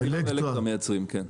תדיראן ואלקטרה מייצרים, כן.